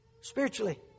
Spiritually